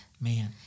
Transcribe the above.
Man